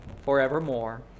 forevermore